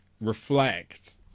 reflect